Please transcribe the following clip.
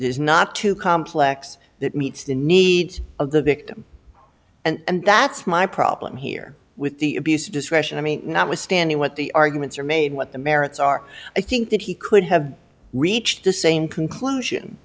is not too complex that meets the needs of the victim and that's my problem here with the abuse of discretion i mean notwithstanding what the arguments are made what the merits are i think that he could have reached the same conclusion